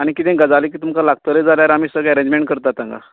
आनी किदे गजाली किदे तुमकां लागतलें जाल्यार आमी सगळें एरेंजमेंट करतात हागां